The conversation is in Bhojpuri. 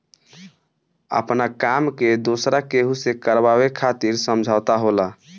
आपना काम के दोसरा केहू से करावे खातिर समझौता होला